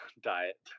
diet